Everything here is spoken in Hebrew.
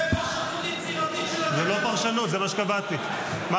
זו פרשנות יצירתית של התקנון.